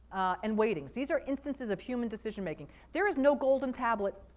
and weighting, these are instances of human decision making. there is no golden tablet,